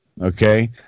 okay